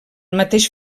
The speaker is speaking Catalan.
mateix